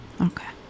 Okay